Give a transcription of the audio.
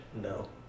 No